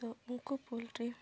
ᱛᱚ ᱩᱱᱠᱩ ᱯᱳᱞᱴᱨᱤ